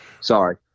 Sorry